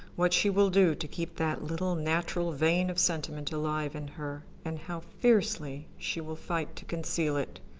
what she will do to keep that little natural vein of sentiment alive in her, and how fiercely she will fight to conceal it.